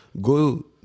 go